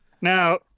Now